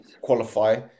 qualify